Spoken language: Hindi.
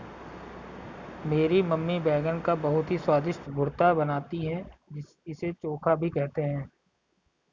मेरी मम्मी बैगन का बहुत ही स्वादिष्ट भुर्ता बनाती है इसे चोखा भी कहते हैं